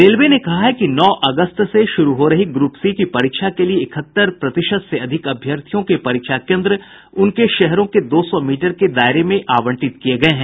railway ने कहा है कि नौ अगस्त से शुरू हो रही ग्र्प सी की परीक्षा के लिए इकहत्तर प्रतिशत से अधिक अभ्यर्थियों के परीक्षा केन्द्र उनके शहरों के दो सौ मीटर के दायरे में आवंटित किये गये हैं